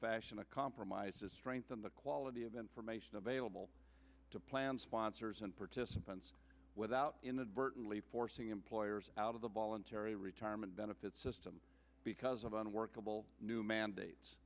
fashion a compromise to strengthen the quality of information available to plan sponsors and participants without inadvertently forcing employers out of the voluntary retirement benefits system because of unworkable new mandates